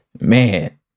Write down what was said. man